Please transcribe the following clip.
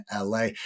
LA